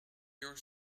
your